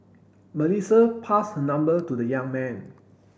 Melissa passed her number to the young man